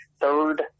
third